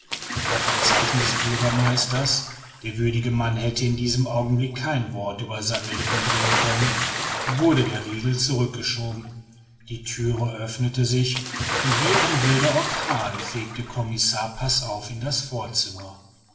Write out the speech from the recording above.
auf ein zeichen des bürgermeisters der würdige mann hätte in diesem augenblick kein wort über seine lippen bringen können wurde der riegel zurückgeschoben die thüre öffnete sich und wie ein wilder orkan fegte commissar passauf in das vorzimmer